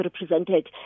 represented